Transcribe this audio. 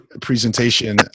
presentation